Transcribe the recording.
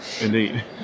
indeed